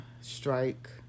strike